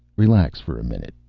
relax for a minute.